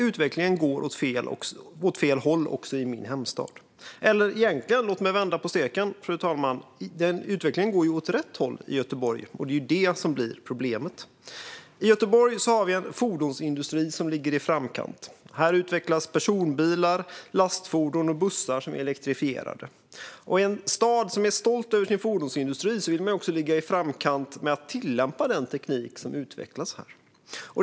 Utvecklingen går dock åt fel håll också i min hemstad. Eller låt mig vända på steken, fru talman: Egentligen går utvecklingen åt rätt håll i Göteborg, och det är det som blir problemet. I Göteborg har vi en fordonsindustri som ligger i framkant. Här utvecklas personbilar, lastfordon och bussar som är elektrifierade. I en stad som är stolt över sin fordonsindustri vill man ju också ligga i framkant med att tillämpa den teknik som utvecklas där.